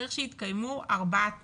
צריך שיתקיימו ארבעה תנאים: